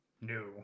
no